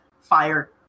fire